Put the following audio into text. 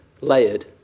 layered